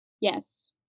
Yes